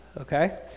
okay